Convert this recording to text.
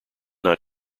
not